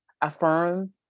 Affirm